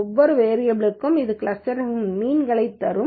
ஒவ்வொரு வேரியபல் க்கும் இது கிளஸ்டர்க்களின் மீன்களைத் தரும்